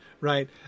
right